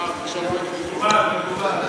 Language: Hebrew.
מקובל, מקובל.